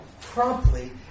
promptly